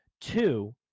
Two